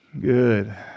Good